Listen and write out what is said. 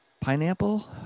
Pineapple